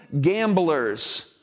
gamblers